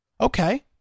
Okay